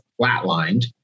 flatlined